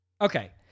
Okay